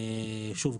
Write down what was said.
שוב,